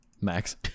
Max